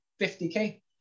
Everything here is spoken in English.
50k